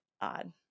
odd